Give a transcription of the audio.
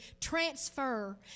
transfer